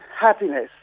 happiness